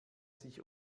sich